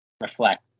reflect